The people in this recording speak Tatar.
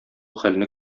хәлне